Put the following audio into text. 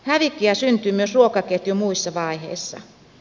hävikkiä syntyy myös ruokaketjun muissa vaiheissa